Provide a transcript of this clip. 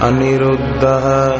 Aniruddha